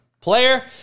player